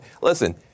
listen